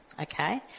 okay